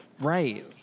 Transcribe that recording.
Right